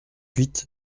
huit